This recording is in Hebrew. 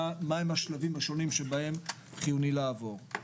מה השלבים השונים בהם חיוני לעבור.